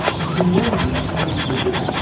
if you're wearing light-coloured sneakers,